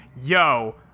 yo